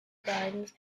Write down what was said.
gardens